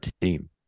team